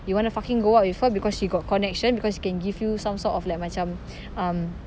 you want to fucking go out with her because she got connection because she can give you some sort of like macam um